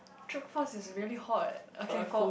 check cross is really hot okay for